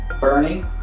Bernie